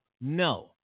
No